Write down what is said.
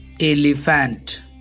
elephant